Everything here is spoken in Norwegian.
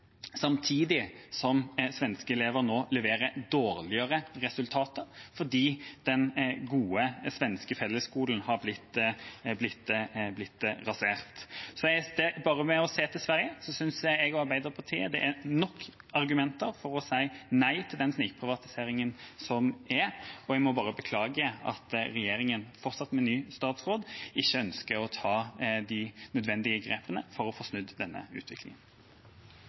samtidig som svenske elever nå leverer dårligere resultater, fordi den gode svenske fellesskolen har blitt rasert. Så bare ved å se til Sverige synes jeg og Arbeiderpartiet at det er nok argumenter for å si nei til den snikprivatiseringen som skjer. Jeg må bare beklage at regjeringa, med ny statsråd på feltet, fortsatt ikke ønsker å ta de nødvendige grepene for å få snudd denne utviklingen.